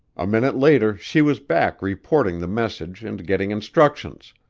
a minute later she was back reporting the message and getting instructions,